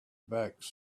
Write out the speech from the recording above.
backs